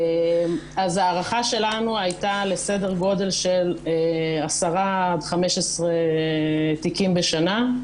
הערכה שלנו הייתה סדר-גודל של 10-15 תיקים בשנה.